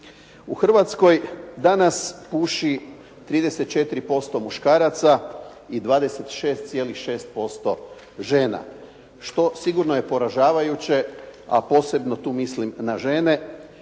U Hrvatskoj danas puši 34% muškaraca i 26,6% žena što sigurno je poražavajuće a posebno tu mislim na žene.